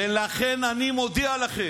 ולכן אני מודיע לכם,